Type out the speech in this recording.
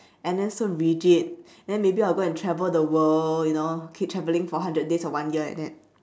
and then so rigid then maybe I'll go and travel the world you know keep travelling for hundred days or one year like that